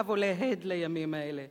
עכשיו עולה הד לימים האלה